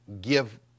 give